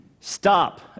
Stop